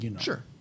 Sure